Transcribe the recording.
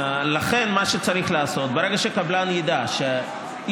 אז מה שצריך לעשות הוא שברגע שקבלן ידע שלאי-עמידה